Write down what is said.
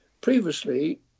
previously